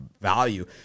value